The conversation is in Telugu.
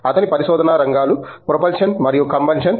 అతని పరిశోధనా రంగాలు ప్రొపల్షన్ మరియు కంబషన్